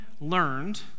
learned